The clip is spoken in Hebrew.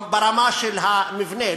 ברמה של המבנה,